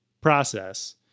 process